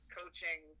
coaching